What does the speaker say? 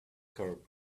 curb